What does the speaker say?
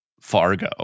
Fargo